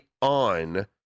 on